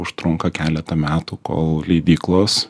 užtrunka keletą metų kol leidyklos